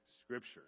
scripture